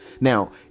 now